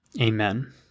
Amen